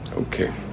Okay